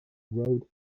rode